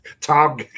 Tom